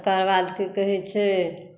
तकरबाद की कहै छै